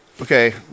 Okay